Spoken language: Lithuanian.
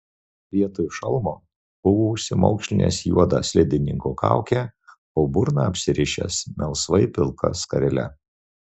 vietoj šalmo buvo užsimaukšlinęs juodą slidininko kaukę o burną apsirišęs melsvai pilka skarele